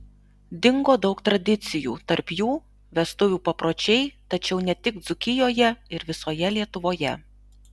dingo daug tradicijų tarp jų vestuvių papročiai tačiau ne tik dzūkijoje ir visoje lietuvoje